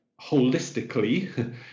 holistically